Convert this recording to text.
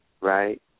right